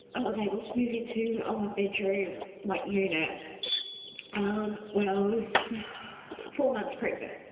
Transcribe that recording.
i was able to move into a one-bedroom like unit um when i was four months pregnant.